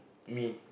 me